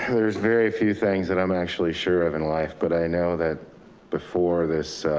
there's very few things that i'm actually sure of in life, but i know that before this